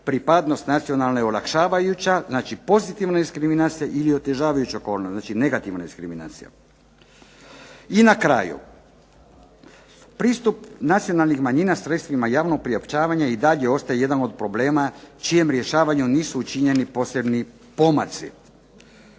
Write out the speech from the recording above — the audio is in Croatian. pripadnost nacionalne je olakšavajuća, znači pozitivna diskriminacija ili otežavajuća okolnost, znači negativna diskriminacija. I na kraju. Pristup nacionalnih manjina sredstvima javnog priopćavanja i dalje ostaje jedan od problema čijem rješavanju nisu učinjeni posebni pomaci.